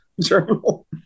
journal